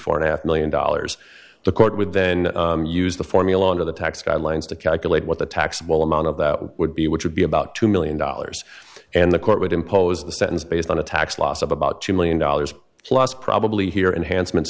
four and a half million dollars the court would then use the formula under the tax guidelines to calculate what the taxable amount of that would be which would be about two million dollars and the court would impose the sentence based on a tax loss of about two million dollars plus probably here enhanced me